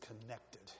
connected